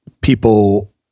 people